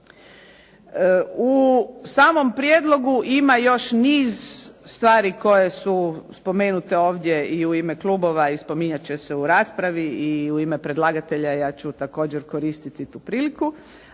U samom prijedlogu ima još niz stvari koje su spomenute ovdje i u ime klubova i spominjat će se u raspravi i u ime predlagatelja ja ću također koristiti tu priliku,